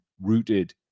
rooted